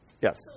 Yes